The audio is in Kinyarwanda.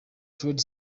trade